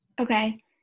Okay